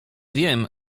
wiem